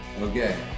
Okay